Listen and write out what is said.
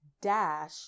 dash